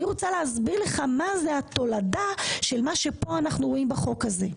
אני רוצה להסביר לך מהי התולדה של מה שפה אנחנו רואים בחוק הזה.